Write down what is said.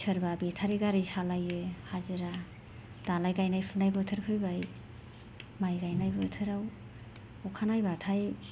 सोरबा बेटारि गारि सालायो हाजिरा दालाय गाइनाय फुनाय बोथोर फैबाय माइ गाइनाय बोथोराव अखानायब्लाथाय